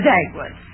Dagwood